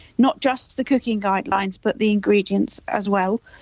not just the cooking guidelines but the ingredients as well.